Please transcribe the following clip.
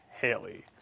Haley